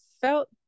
felt